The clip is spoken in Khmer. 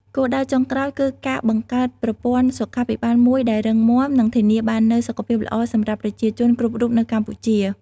គោលដៅចុងក្រោយគឺការបង្កើតប្រព័ន្ធសុខាភិបាលមួយដែលរឹងមាំនិងធានាបាននូវសុខភាពល្អសម្រាប់ប្រជាជនគ្រប់រូបនៅកម្ពុជា។